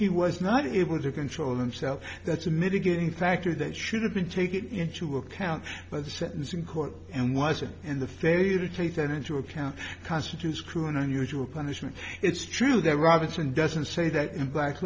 he was not able to control themselves that's a mitigating factor that should have been taken into account by the sentencing court and wasn't in the farrier to take that into account constitutes cruel and unusual punishment it's true that robertson doesn't say that in black